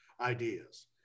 ideas